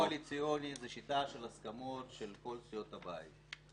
השיטה הקואליציונית זו שיטה של הסכמות של כל סיעות הבית.